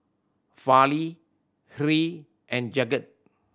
Fali Hri and Jagat